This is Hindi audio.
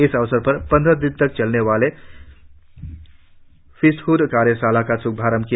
इस अवसर पर पंद्रह दिनों तक चलने वाले प्रिस्टहड कार्यशाला का श्भारंभ किया